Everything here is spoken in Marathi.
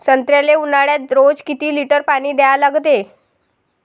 संत्र्याले ऊन्हाळ्यात रोज किती लीटर पानी द्या लागते?